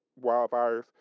wildfires